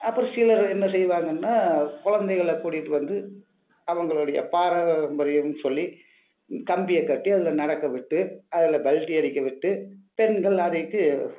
அப்புறம் சிலர் என்ன செய்வாங்கன்னா கொழந்தைகள கூட்டிட்டு வந்து அவுங்களுடைய பாரம்பரியம்னு சொல்லி கம்பியை கட்டி அதில் நடக்க விட்டு அதில் பல்டி அடிக்க விட்டு பெண்கள் அதுக்கு